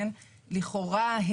לכאורה,